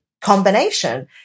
combination